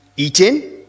Eating